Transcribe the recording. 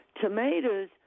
tomatoes